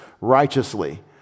righteously